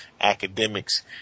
academics